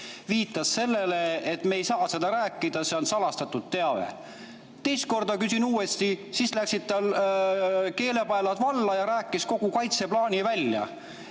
viitas sellele, et me ei saa sellest rääkida, see on salastatud teave. Kui ma teist korda küsisin, siis läksid tal keelepaelad valla ja ta rääkis kogu kaitseplaani välja.